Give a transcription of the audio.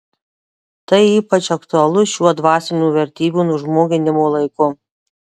tai ypač aktualu šiuo dvasinių vertybių nužmoginimo laiku